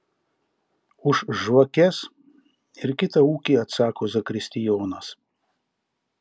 už žvakes ir kitą ūkį atsako zakristijonas